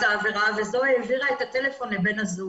העבירה וזו העבירה את הטלפון לבן הזוג.